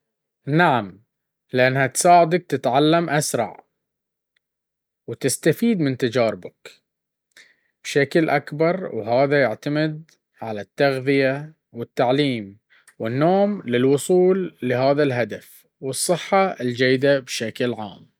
نعم، لأنها تساعدك تتعلم أسرع وتستفيد من تجاربك, بشكل أكبر وهذا يعتمد على التغذية والتعليم والنوم للوصول لهذا الهدف والصحة الجيدة.